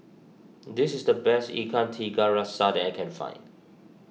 this is the best Ikan Tiga Rasa that I can find